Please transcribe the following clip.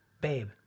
babe